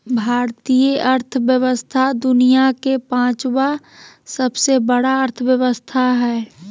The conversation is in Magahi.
भारतीय अर्थव्यवस्था दुनिया के पाँचवा सबसे बड़ा अर्थव्यवस्था हय